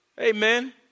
Amen